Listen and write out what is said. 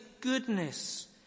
goodness